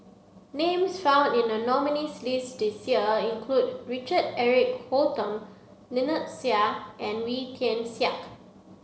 names found in the nominees' list this year include Richard Eric Holttum Lynnette Seah and Wee Tian Siak